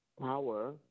power